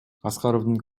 аскаровдун